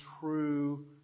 true